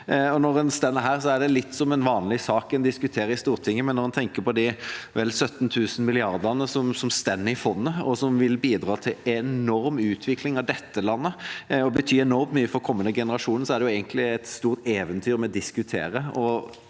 Når en står her, er det litt som om en diskuterer en vanlig sak i Stortinget, men når en tenker på de vel 17 000 mrd. kr som står i fondet, og som vil bidra til enorm utvikling av dette landet og bety enormt mye for kommende generasjoner, er det egentlig et stort eventyr vi diskuterer.